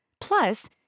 Plus